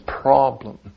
problem